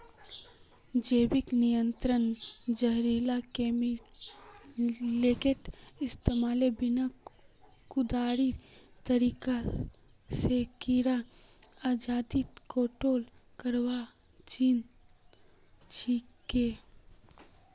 जैविक नियंत्रण जहरीला केमिकलेर इस्तमालेर बिना कुदरती तरीका स कीड़ार आबादी कंट्रोल करवार चीज छिके